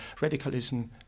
radicalism